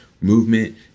movement